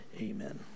Amen